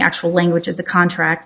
actual language of the contract